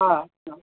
हा